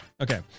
Okay